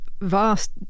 vast